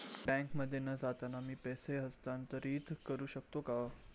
बँकेमध्ये न जाता मी पैसे हस्तांतरित करू शकतो का?